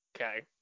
Okay